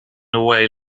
away